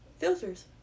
filters